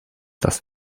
das